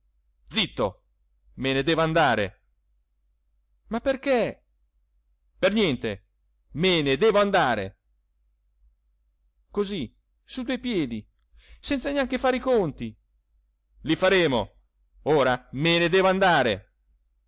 zitto me ne devo andare ma perché per niente me ne devo andare così su due piedi senza neanche fare i conti li faremo ora me ne devo andare